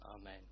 amen